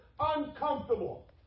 uncomfortable